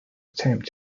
attempt